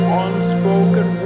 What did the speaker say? unspoken